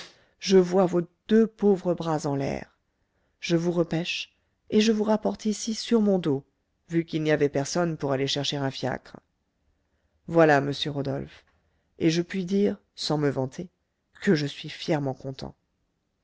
je vois vos deux pauvres bras en l'air je vous repêche et je vous rapporte ici sur mon dos vu qu'il n'y avait personne pour aller chercher un fiacre voilà monsieur rodolphe et je puis dire sans me vanter que je suis fièrement content